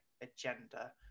agenda